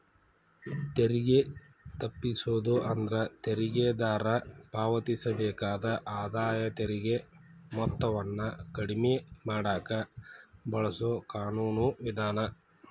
ತೆರಿಗೆ ತಪ್ಪಿಸೋದು ಅಂದ್ರ ತೆರಿಗೆದಾರ ಪಾವತಿಸಬೇಕಾದ ಆದಾಯ ತೆರಿಗೆ ಮೊತ್ತವನ್ನ ಕಡಿಮೆ ಮಾಡಕ ಬಳಸೊ ಕಾನೂನು ವಿಧಾನ